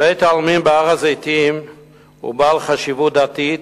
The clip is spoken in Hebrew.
"בית-העלמין בהר-הזיתים הוא בעל חשיבות דתית,